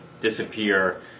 disappear